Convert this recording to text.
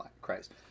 Christ